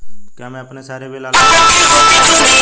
क्या मैं अपने सारे बिल ऑनलाइन जमा कर सकती हूँ?